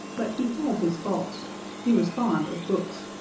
but he had his faults he was fond of books.